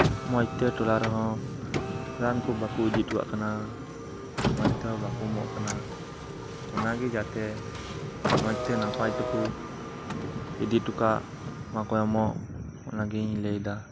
ᱢᱚᱸᱡᱽ ᱛᱮ ᱴᱚᱞᱟ ᱨᱮᱦᱚᱸ ᱨᱟᱱ ᱠᱚ ᱵᱟᱠᱚ ᱤᱫᱤ ᱦᱚᱴᱚ ᱠᱟᱫ ᱠᱟᱱᱟ ᱢᱚᱸᱡᱽ ᱛᱮᱦᱚᱸ ᱵᱟᱠᱚ ᱮᱢᱚᱜ ᱠᱟᱱᱟ ᱚᱱᱟ ᱜᱮ ᱡᱟᱛᱮ ᱢᱚᱸᱡᱽ ᱛᱮ ᱱᱟᱯᱟᱭ ᱛᱮᱠᱚ ᱤᱫᱤ ᱦᱚᱴᱚᱠᱟᱜ ᱟᱨ ᱠᱚ ᱮᱢᱚᱜ ᱚᱱᱟᱜᱮ ᱤᱧ ᱞᱟᱹᱭ ᱮᱫᱟ